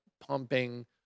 pumping